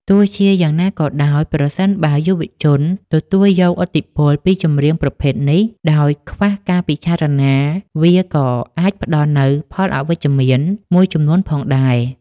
ទោះជាយ៉ាងណាក៏ដោយ ប្រសិនបើយុវជនទទួលយកឥទ្ធិពលពីចម្រៀងប្រភេទនេះដោយខ្វះការពិចារណា វាក៏អាចផ្ដល់នូវផលអវិជ្ជមានមួយចំនួនផងដែរ។